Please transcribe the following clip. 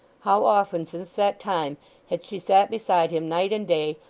how often since that time had she sat beside him night and day,